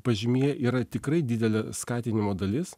pažymyje yra tikrai didelė skatinimo dalis